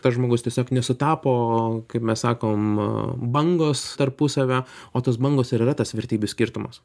tas žmogus tiesiog nesutapo kaip mes sakom bangos tarpusavio o tos bangos ir yra tas vertybių skirtumas